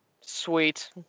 Sweet